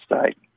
state